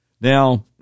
Now